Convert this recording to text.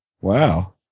wow